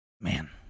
Man